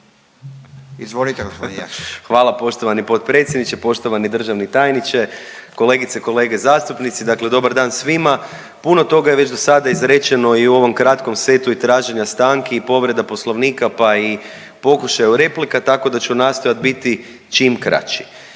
Mišel (SDP)** Hvala poštovani potpredsjedniče. Poštovani državni tajniče, kolegice, kolege zastupnici, dakle dobar dan svima. Puno toga je već dosada izrečeno i u ovom kratkom setu i traženja stanki i povreda Poslovnika, pa i pokušaju replika tako da ću nastojat biti čim kraći.